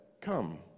come